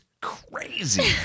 crazy